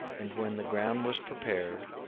and when the ground was prepared,